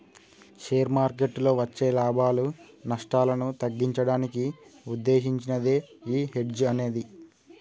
share మార్కెట్టులో వచ్చే లాభాలు, నష్టాలను తగ్గించడానికి వుద్దేశించినదే యీ హెడ్జ్ అనేది